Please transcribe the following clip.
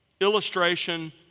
illustration